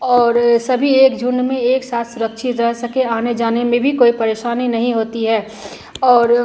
और सभी एक झुण्ड में एक साथ सुरक्षित रह सकें आने जाने में भी कोई परेशानी नहीं होती है और